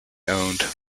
owned